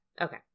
Okay